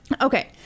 Okay